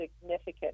significant